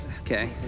Okay